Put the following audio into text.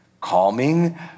calming